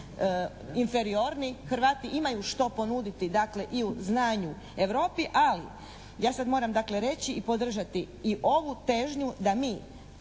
inferiorni, Hrvati imaju što ponuditi dakle i u znanju Europi, ali ja sam moram dakle reći i podržati i ovu težnju da mi